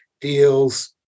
deals